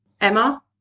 Emma